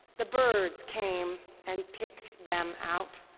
the birds came and picked them out.